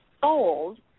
sold